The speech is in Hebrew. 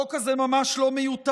החוק הזה ממש לא מיותר.